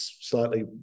slightly